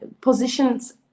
positions